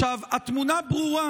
עכשיו, התמונה ברורה: